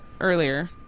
earlier